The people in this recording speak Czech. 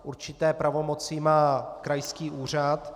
Určité pravomoci má krajský úřad.